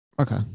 Okay